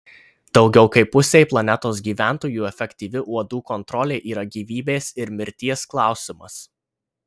daugiau kaip pusei planetos gyventojų efektyvi uodų kontrolė yra gyvybės ir mirties klausimas